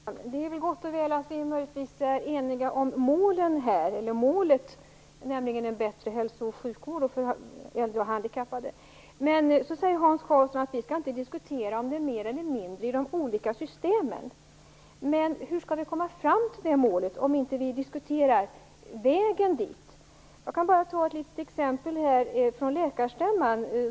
Herr talman! Det är gott och väl om vi är eniga åtminstone om målet, nämligen en bättre hälso och sjukvård för äldre och handikappade. Hans Karlsson säger att vi inte skall diskutera om det är mer eller mindre i de olika systemen. Men hur skall vi komma fram till målet om vi inte diskuterar vägen dit? För inte så länge sedan var ju Läkarstämman.